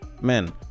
Men